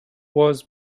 was